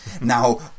now